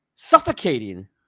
suffocating